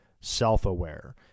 self-aware